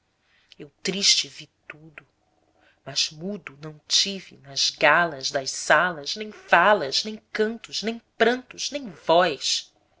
eu triste vi tudo mas mudo não tive nas galas das salas nem falas nem cantos nem prantos nem voz